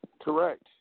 Correct